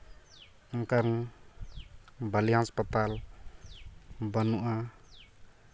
ᱚᱱᱠᱟᱱ ᱵᱷᱟᱹᱞᱤ ᱦᱚᱥᱯᱤᱴᱟᱞ ᱵᱟᱹᱱᱩᱜᱼᱟ